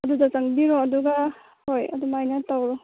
ꯑꯗꯨꯗ ꯆꯪꯕꯤꯔꯣ ꯑꯗꯨꯒ ꯍꯣꯏ ꯑꯗꯨꯃꯥꯏꯅ ꯇꯧꯔꯣ